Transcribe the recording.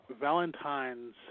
Valentine's